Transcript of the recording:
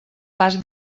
pas